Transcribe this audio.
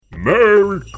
Merry